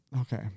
okay